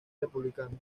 republicano